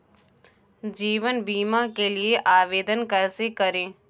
जीवन बीमा के लिए आवेदन कैसे करें?